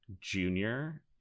junior